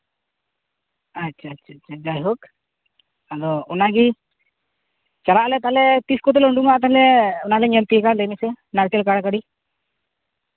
ᱟᱪᱪᱷᱟ ᱟᱪᱪᱷᱟ ᱡᱟᱭᱦᱳᱠ ᱟᱫᱚ ᱚᱱᱟᱜᱮ ᱪᱟᱞᱟᱜ ᱟᱞᱮ ᱛᱟᱦᱞᱮ ᱛᱤᱥ ᱠᱚᱛᱮᱞᱮ ᱩᱰᱩᱠᱚᱜᱼᱟ ᱛᱟᱦᱞᱮ ᱚᱱᱟᱞᱮ ᱧᱮᱞ ᱛᱤᱭᱳᱜᱟ ᱞᱟᱹᱭ ᱢᱮᱥᱮ ᱱᱟᱨᱠᱮᱞ ᱠᱟᱲᱟᱠᱟᱹᱲᱤ